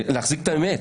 להחזיק את האמת.